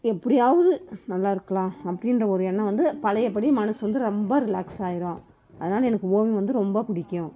எப்படியாவது நல்லா இருக்கலாம் அப்படின்ற ஒரு எண்ணம் வந்து பழைய படி மனது வந்து ரொம்ப ரிலாக்ஸ் ஆகிரும் அதனால் எனக்கு ஓவியம் வந்து ரொம்ப பிடிக்கும்